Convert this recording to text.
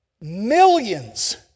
millions